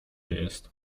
jest